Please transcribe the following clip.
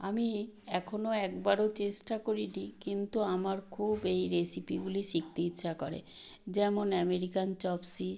আমি এখনো একবারও চেষ্টা করি নি কিন্তু আমার খুব এই রেসিপিগুলি শিখতে ইচ্ছা করে যেমন অ্যামেরিকান চপসি